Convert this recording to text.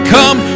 Come